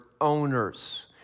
owners